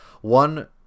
One